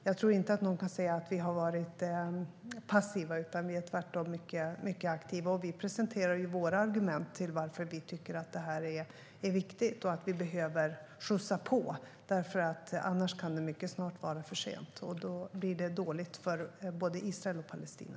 Jag tror inte att någon kan säga att vi har varit passiva. Tvärtom är vi mycket aktiva. Vi presenterar våra argument, varför regeringen tycker att detta är viktigt och varför det behöver skjutsas på. Annars kan det mycket snart vara för sent. Då blir det dåligt för både Israel och Palestina.